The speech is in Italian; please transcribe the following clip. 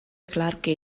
clark